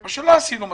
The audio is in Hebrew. מה שלא עשינו מספיק,